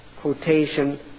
quotation